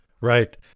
Right